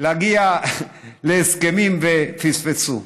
להגיע להסכמים, והם פספסו.